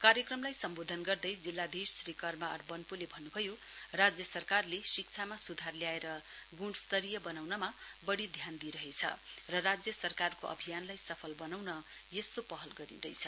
कार्यक्रमलाई सम्बोधन गर्दै जिल्लाधीश श्री कर्माआर वन्पोले भन्नुभयो राज्य सरकारले शिक्षामा सुधार ल्याएर गुणस्तरीय बनाउनमा बढ़ी ध्यान दिइरहेछ र राज्य सरकारको अभियानलाई सफल बनाउन यस्तो पहल गरिँदैछ